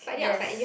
yes